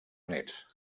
units